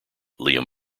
liam